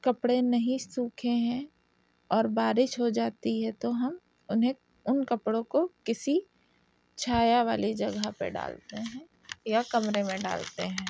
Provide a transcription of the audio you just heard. کپڑے نہیں سوکھے ہیں اور بارش ہو جاتی ہے تو ہم انہیں ان کپڑوں کو کسی چھایہ والی جگہ پہ ڈالتے ہیں یا کمرے میں ڈالتے ہیں